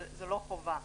אבל זה לא חובה.